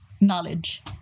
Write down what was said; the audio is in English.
knowledge